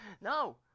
No